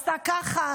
עשה ככה,